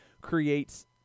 creates